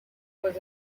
was